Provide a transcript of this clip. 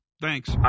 Thanks